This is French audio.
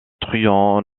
truand